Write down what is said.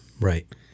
Right